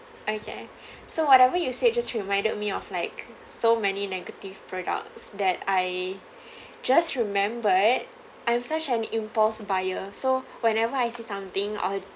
okay so whatever you said just reminded me of like so many negative products that I just remembered I'm such an impulse buyer so whenever I see something or